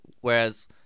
whereas